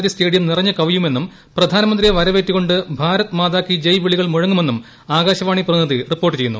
G stadium നിറഞ്ഞുകവിയുമെന്നും പ്രധാനമന്ത്രിയെ വരവേറ്റുകൊണ്ട് ഭാരത്മാതാ കി ജയ് വിളികൾ മുഴങ്ങുമെന്നും ആകാശവാണി പ്രതിനിധി റിപ്പോർട്ട്ചെയ്യുന്നു